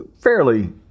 fairly